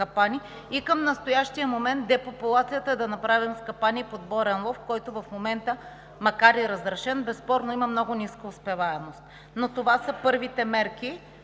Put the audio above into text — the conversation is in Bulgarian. към настоящия момент депопулацията да я направим с капани и подборен лов, който в момента, макар и разрешен, безспорно има много ниска успеваемост. Но това са първите мерки.